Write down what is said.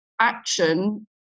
action